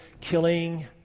killing